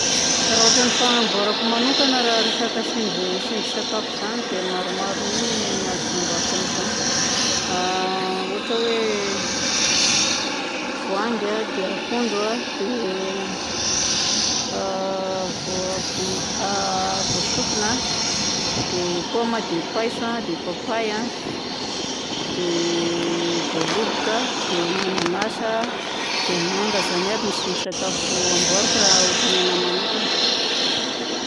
Raha ôtran'ny fagnaboarako manokagna raha resaka tsindri- tsindrin-tsakafo zagny dia maromaro mi ny azoko ambarako amin'izany. Ohatra hoe voangy a, dia akondro a, dia voa- voama- voasokina a, dia paoma, dia paiso, dia papaye a, dia voaloboka, dia mananasy, dia manga zany aby ny tsindrin-tsakafo amboariko raha ôtan'ny anahy manokagna.